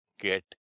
get